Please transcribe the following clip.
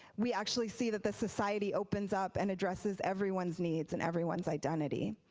we actually see that the society opens up and addresses everyone's needs and everyone's identity.